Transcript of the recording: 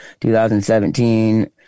2017